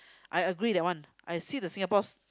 I I agree that one I see the Singapore